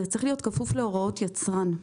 זה צריך להיות כפוף להוראות יצרן.